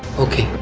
okay.